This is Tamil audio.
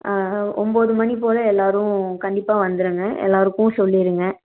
ஒம்பது மணி போல எல்லோரும் கண்டிப்பாக வந்துடுங்க எல்லோருக்கும் சொல்லிடுங்க